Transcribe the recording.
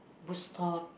bookstore